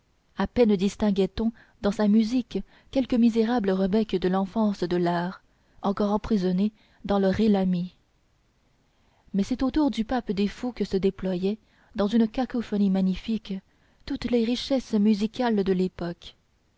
à peine distinguait on dans sa musique quelque misérable rebec de l'enfance de l'art encore emprisonné dans le ré la mi mais c'est autour du pape des fous que se déployaient dans une cacophonie magnifique toutes les richesses musicales de l'époque